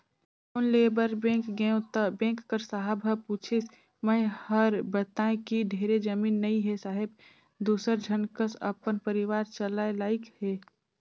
loan लेय बर bank गेंव त बेंक कर साहब ह पूछिस मै हर बतायें कि ढेरे जमीन नइ हे साहेब दूसर झन कस अपन परिवार चलाय लाइक हे